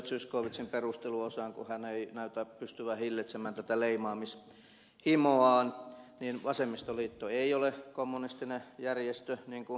zyskowiczin perusteluosaan kun hän ei näytä pystyvän hillitsemään tätä leimaamishimoaan niin vasemmistoliitto ei ole kommunistinen järjestö niin kuin ed